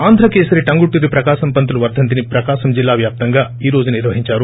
ఆంధ్రకేసరి టంగుటూరి ప్రకాశం పంతులు వర్దంతిని ప్రకాశం జిల్లా వ్యాప్తంగా ఈ రోజు నిర్వహించారు